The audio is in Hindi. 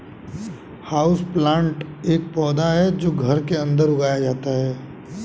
हाउसप्लांट एक पौधा है जो घर के अंदर उगाया जाता है